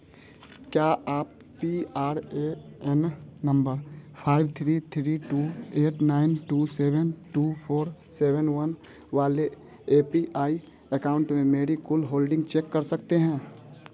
क्या आप P R A N number five three three two eight nine two seven two four seven one वाले A P I account में मेरी कुल holding check कर सकते हैं